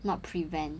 not prevent